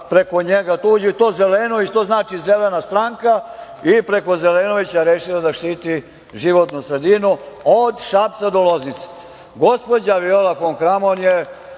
preko njega to Zelenović i to znači zelena stranka i preko Zelenovića rešila da štiti životnu sredinu od Šapca do Loznice. Gospođa Viola fon Kramon je